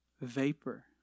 vapor